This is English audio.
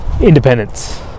independence